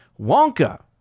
Wonka